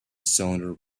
cylinder